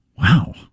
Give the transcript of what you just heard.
Wow